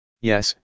Yes